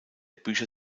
bücher